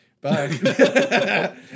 Bye